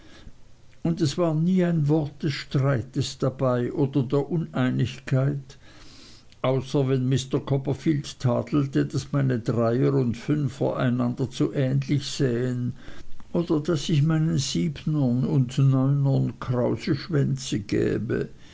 und es war nie ein wort des streites dabei oder der uneinigkeit außer wenn mr copperfield tadelte daß meine dreier und fünfer einander zu ähnlich sähen oder daß ich meinen siebnern und neunern krause schwänze gäbe